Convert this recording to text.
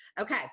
Okay